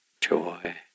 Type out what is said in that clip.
joy